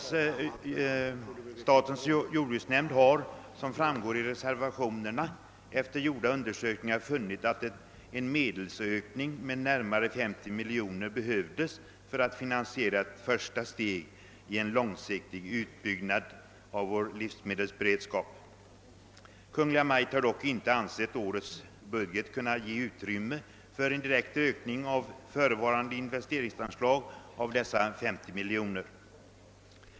Statens jordbruksnämnd har, som framgår av reservationerna, efter gjorda undersökningar funnit att en medelsökning med närmare 50 miljoner behövs för att finansiera ett första steg i en långsiktig utbyggnad av vår livsmedelsberedskap. Kungl. Maj:t har dock inte ansett att det i årets budget finns utrymme för en direkt ökning på 50 miljoner kronor av förevarande investeringsanslag.